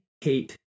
hate